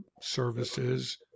services